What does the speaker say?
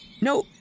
No